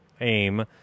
Aim